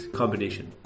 combination